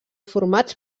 formats